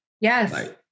Yes